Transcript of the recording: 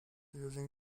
using